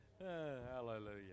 Hallelujah